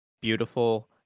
beautiful